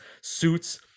suits